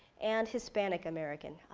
and hispanic american.